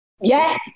Yes